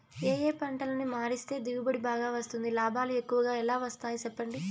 ఏ ఏ పంటలని మారిస్తే దిగుబడి బాగా వస్తుంది, లాభాలు ఎక్కువగా ఎలా వస్తాయి సెప్పండి